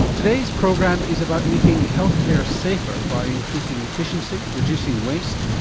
today's program is about making healthcare safer by increasing efficiency, reducing waste,